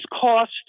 cost